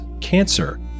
cancer